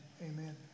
amen